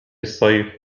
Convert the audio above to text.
الصيف